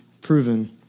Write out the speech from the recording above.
proven